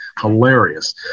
hilarious